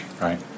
Right